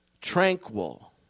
tranquil